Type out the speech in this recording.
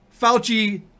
Fauci